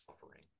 suffering